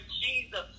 Jesus